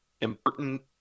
important